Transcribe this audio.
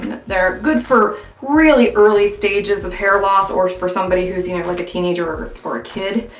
they're good for really early stages of hair loss or for somebody who's, you know, like a teenager or a kid.